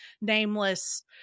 nameless